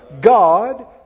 God